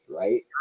right